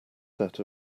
set